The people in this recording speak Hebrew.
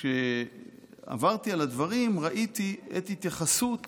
כשעברתי על הדברים ראיתי את התייחסות